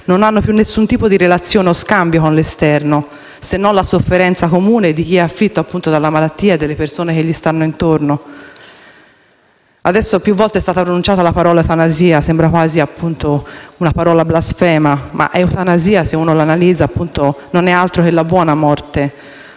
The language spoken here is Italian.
non hanno più nessun tipo di relazione o scambio con l'esterno, se non la sofferenza comune di chi è afflitto dalla malattia e delle persone che gli stanno intorno. Più volte è stata pronunciata la parola eutanasia, che sembra quasi una parola blasfema, ma se si analizza il suo significato, l'eutanasia non è altro che la buona morte: